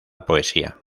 poesía